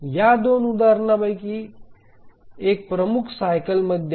या 2 उदाहरणांपैकी त्यापैकी एक प्रमुख सायकलेमध्ये आहे